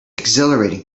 exhilarating